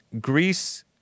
Greece